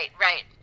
Right